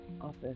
Office